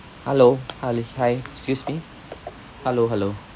hello hi hi excuse me hello hello